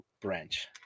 branch